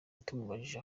tumubajije